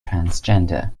transgender